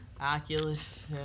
oculus